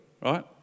right